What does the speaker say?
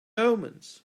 omens